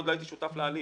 עוד לא הייתי שותף להליך,